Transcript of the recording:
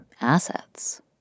assets